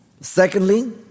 Secondly